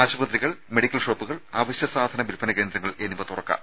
ആശുപത്രികൾ മെഡിക്കൽ ഷോപ്പുകൾ അവശ്യ സാധന വിൽപ്പന കേന്ദ്രങ്ങൾ എന്നിവ തുറക്കാം